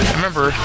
Remember